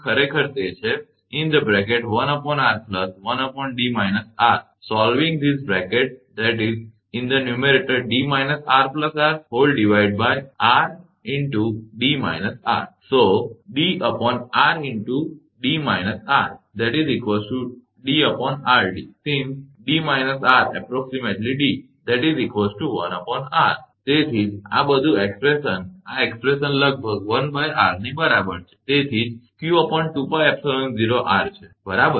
ખરેખર તે છે તેથી જ આ આખું એકસપ્રેશન આ એકસપ્રેશન લગભગ 1𝑟 ની બરાબર છે તેથી જ 𝑞2𝜋𝜖0𝑟 છે બરાબર